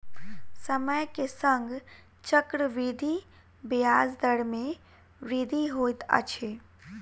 समय के संग चक्रवृद्धि ब्याज दर मे वृद्धि होइत अछि